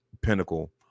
pinnacle